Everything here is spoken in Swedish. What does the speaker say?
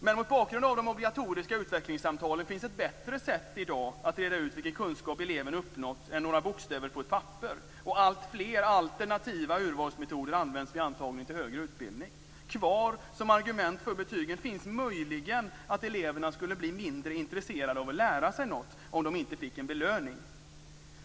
Men mot bakgrund av de obligatoriska utvecklingssamtalen finns det i dag ett bättre sätt att reda ut vilken kunskap eleven uppnått än några bokstäver på ett papper. Alltfler alternativa urvalsmetoder används också vid antagning till högre utbildning. Kvar som argument för betygen finns möjligen att eleverna skulle bli mindre intresserade av att lära sig något om de inte får en belöning.